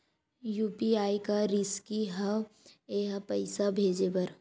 UPI का रिसकी हंव ए पईसा भेजे बर?